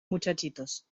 muchachitos